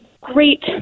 great